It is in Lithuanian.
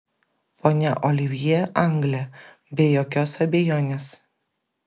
ponia olivjė anglė be jokios abejonės